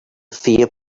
fear